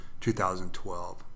2012